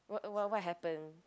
what what happen